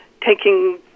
taking